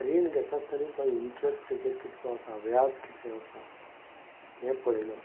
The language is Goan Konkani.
रीण घेतास्तानाय तो इंट्रस्ट ताजेर कितलो आसा व्याज कितलें आसा हें पळयना